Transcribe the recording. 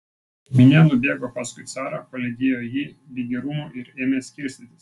minia nubėgo paskui carą palydėjo jį ligi rūmų ir ėmė skirstytis